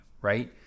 right